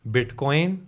Bitcoin